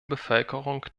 bevölkerung